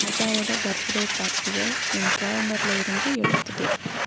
ராஜாவோட பர்த்டே பார்ட்டியை என் கேலண்டரில் இருந்து எடுத்துவிடு